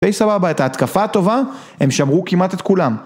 דיי סבבה, את ההתקפה הטובה, הם שמרו כמעט את כולם.